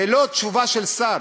זה לא תשובה של שר.